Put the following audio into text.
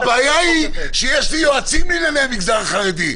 הבעיה היא שיש לי יועצים לענייני המגזר החרדי.